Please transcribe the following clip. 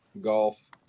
golf